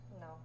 no